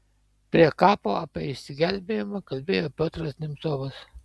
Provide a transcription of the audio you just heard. prie kapo apie išsigelbėjimą kalbėjo piotras nemcovas